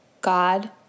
God